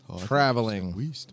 Traveling